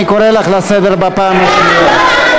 אני קורא לך לסדר בפעם השנייה.